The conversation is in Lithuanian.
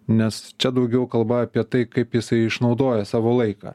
nes čia daugiau kalba apie tai kaip jisai išnaudoja savo laiką